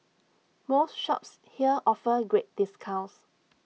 most shops here offer great discounts